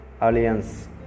Alliance